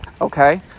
okay